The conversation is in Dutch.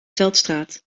veldstraat